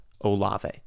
Olave